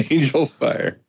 Angelfire